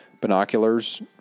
binoculars